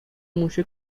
موش